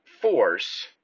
force